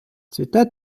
цвіте